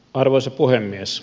arvoisa puhemies